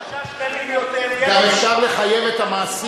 5 שקלים יותר, גם אפשר לחייב את המעסיק,